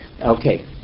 Okay